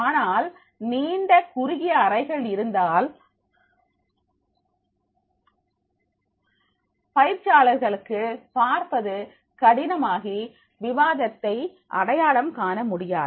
ஆனால் நீண்ட குறுகிய அறைகள் இருந்தால் பயிற்சியாளர்களுக்கு பார்ப்பது கடினமாகி விவாதத்தை அடையாளம் காண முடியாது